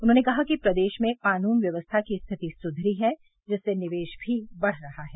उन्होंने कहा कि प्रदेश में कानून व्यवस्था की स्थिति सुधरी है जिससे निवेश भी बढ़ रहा है